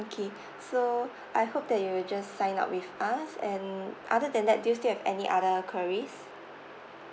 okay so I hope that you'll just sign up with us and other than that do you still have any other queries